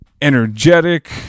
energetic